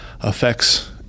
affects